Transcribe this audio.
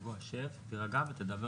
רגוע, רגוע.